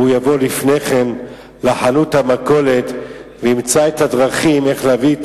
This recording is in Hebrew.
אלא יבוא לפני כן לחנות המכולת וימצא את הדרכים להביא את